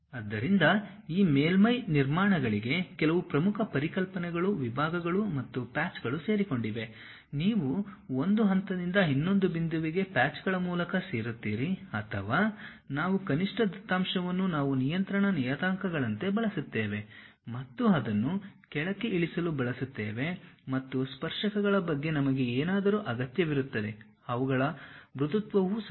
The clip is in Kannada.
ಆದ್ದರಿಂದ ಈ ಮೇಲ್ಮೈ ನಿರ್ಮಾಣಗಳಿಗೆ ಕೆಲವು ಪ್ರಮುಖ ಪರಿಕಲ್ಪನೆಗಳು ವಿಭಾಗಗಳು ಮತ್ತು ಪ್ಯಾಚ್ಗಳು ಸೇರಿಕೊಂಡಿವೆ ನೀವು ಒಂದು ಹಂತದಿಂದ ಇನ್ನೊಂದು ಬಿಂದುವಿಗೆ ಪ್ಯಾಚ್ಗಳ ಮೂಲಕ ಸೇರುತ್ತೀರಿ ಅಥವಾ ನಾವು ಕನಿಷ್ಟ ದತ್ತಾಂಶವನ್ನು ನಾವು ನಿಯಂತ್ರಣ ನಿಯತಾಂಕಗಳಂತೆ ಬಳಸುತ್ತೇವೆ ಮತ್ತು ಅದನ್ನು ಕೆಳಕ್ಕೆ ಇಳಿಸಲು ಬಳಸುತ್ತೇವೆ ಮತ್ತು ಸ್ಪರ್ಶಕಗಳ ಬಗ್ಗೆ ನಮಗೆ ಏನಾದರೂ ಅಗತ್ಯವಿರುತ್ತದೆ ಅವುಗಳ ಮೃದುತ್ವವೂ ಸಹ